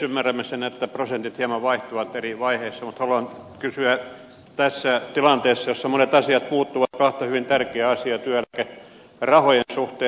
ymmärrämme sen että prosentit hieman vaihtuvat eri vaiheissa mutta haluan kysyä tässä tilanteessa jossa monet asiat muuttuvat kahta hyvin tärkeää asiaa työeläkerahojen suhteen